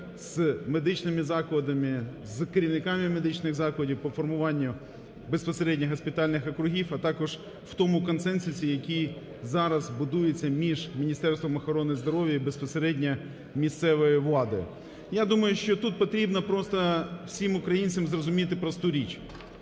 з медичними закладами, з керівниками медичних закладів по формуванню безпосередньо госпітальних округів, а також в тому консенсусі, який зараз будується між Міністерством охорони здоров'я і безпосередньо місцевою владою. Я думаю, що тут потрібно просто всім українцям зрозуміти просту річ.